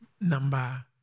number